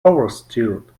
oversteered